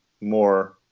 more